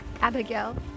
Abigail